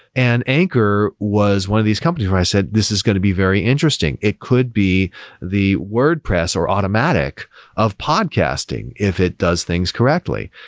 and anchor was one of these companies where i said, this is going to be very interesting. it could be the wordpress or automatic of podcasting if it does things correctly.